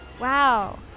Wow